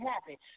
happy